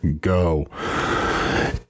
go